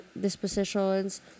dispositions